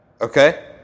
okay